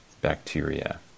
bacteria